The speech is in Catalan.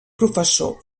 professor